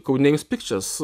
codenames pictures